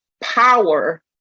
power